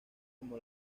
como